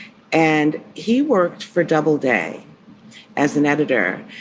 and he worked for double day as an editor.